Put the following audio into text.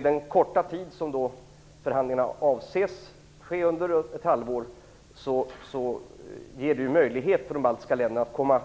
Den korta tid som förhandlingarna avses ske under, ett halvår, ger de baltiska länderna en möjlighet att komma